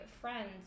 friends